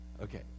Okay